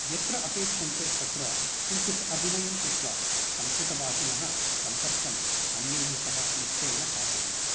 यत्र अपेक्षन्ते तत्र किञ्चित् अभिनयं कृत्वा संस्कृतभाषिणः सम्पर्कम् अन्यैः सह निश्चयेन साधयन्ति